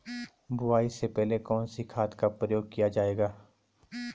बुआई से पहले कौन से खाद का प्रयोग किया जायेगा?